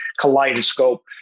kaleidoscope